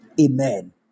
Amen